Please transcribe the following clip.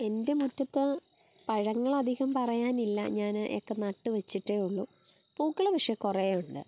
എൻ്റെ മുറ്റത്ത് പഴങ്ങളധികം പറയാനില്ല ഞാൻ ഒക്കെ നട്ട് വച്ചിട്ടേ ഉള്ളൂ പൂക്കൾ പക്ഷേ കുറെ ഉണ്ട്